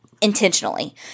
intentionally